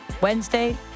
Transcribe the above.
Wednesday